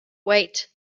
wait